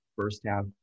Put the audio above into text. first-half